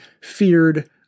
feared